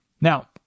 Now